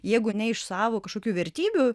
jeigu ne iš savo kažkokių vertybių